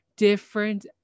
different